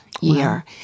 year